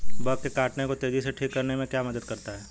Bug के काटने को तेजी से ठीक करने में क्या मदद करता है?